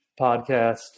podcast